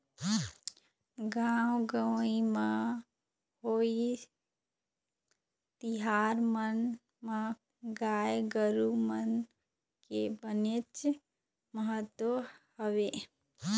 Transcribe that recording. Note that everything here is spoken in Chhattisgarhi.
गाँव गंवई म होवइया तिहार मन म गाय गरुवा मन के बनेच महत्ता हवय